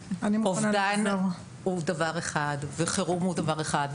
אובדן הוא דבר אחד וחירום הוא דבר אחד,